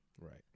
Right